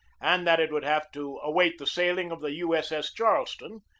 and that it would have to await the sailing of the u. s. s. charleston,